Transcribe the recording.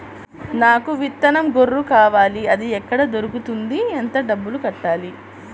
నాకు విత్తనం గొర్రు కావాలి? అది ఎక్కడ దొరుకుతుంది? ఎంత డబ్బులు కట్టాలి?